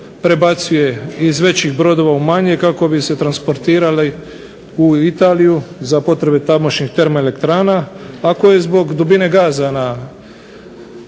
prebacuje iz većih brodova u manje kako bi se transportirali u Italiju za potrebe tamošnjih termoelektrana a koje zbog dubine gaza na